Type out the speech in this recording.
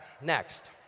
next